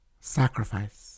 sacrifice